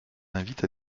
l’invite